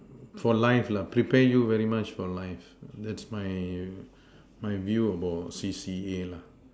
for life lah prepare you very much for life that's my my view about C_C_A